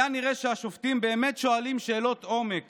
היה נראה שהשופטים באמת שואלים שאלות עומק